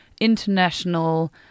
international